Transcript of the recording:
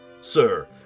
Sir